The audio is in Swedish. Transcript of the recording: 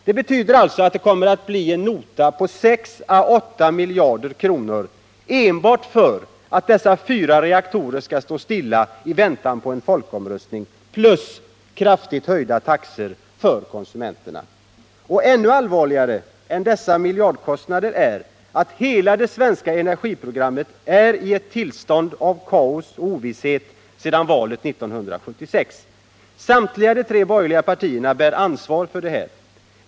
Det betyder alltså att det kommer att bli en nota på 6 å 8 miljarder kronor enbart för att dessa fyra reaktorer skall stå stilla i väntan på en folkomröstning. Därtill kommer kraftigt höjda taxor för konsumenterna. Ännu allvarligare än dessa miljardkostnader är att hela det svenska energiprogrammet är i ett tillstånd av kaos och ovisshet sedan valet 1976. Samtliga tre borgerliga partier bär ansvaret för detta.